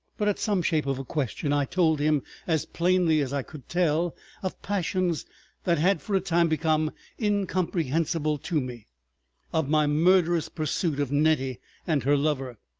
but at some shape of a question i told him as plainly as i could tell of passions that had for a time become incomprehensible to me of my murderous pursuit of nettie and her lover,